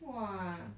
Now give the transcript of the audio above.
!whoa!